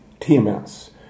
TMS